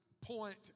point